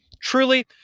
Truly